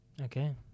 Okay